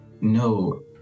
no